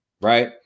right